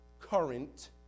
current